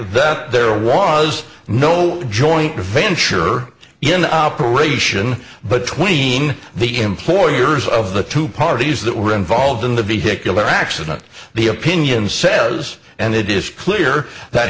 that there was no joint venture in operation but tween the employers of the two parties that were involved in the vehicular accident the opinion says and it is clear that